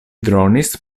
dronis